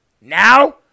Now